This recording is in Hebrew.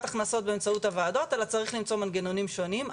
הכנסות באמצעות הוועדות אלא צריך למצוא מנגנונים שונים,